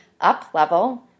UPLEVEL